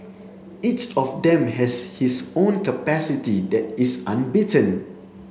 each of them has his own capacity that is unbeaten